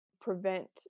prevent